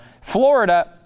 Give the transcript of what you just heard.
Florida